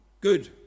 Good